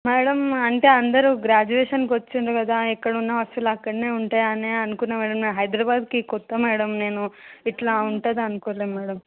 madam అంటే అందరు గ్రాడ్యుయేషన్కి వచ్చిండ్రు కదా ఎక్కడ ఉన్న వస్తువులు అక్కడ ఉంటాయని అనుకున్న మ్యాడమ్ నేను హైదరాబాద్కి కొత్త మ్యాడమ్ నేను ఇట్లా ఉంటుంది అనుకోలేదు మ్యాడమ్